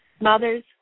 Mothers